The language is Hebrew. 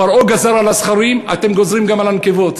פרעה גזר על הזכרים, אתם גוזרים גם על הנקבות.